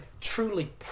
truly